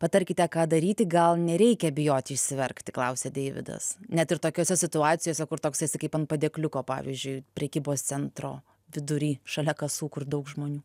patarkite ką daryti gal nereikia bijoti išsiverkti klausia deividas net ir tokiose situacijose kur toks esi kaip ant padėkliuko pavyzdžiui prekybos centro vidury šalia kasų kur daug žmonių